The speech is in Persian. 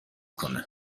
کنه